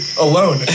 alone